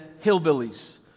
hillbillies